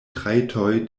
trajtoj